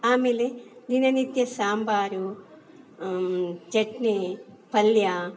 ಆಮೇಲೆ ದಿನನಿತ್ಯ ಸಾಂಬಾರು ಚಟ್ನಿ ಪಲ್ಯ